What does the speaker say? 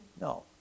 No